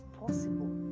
possible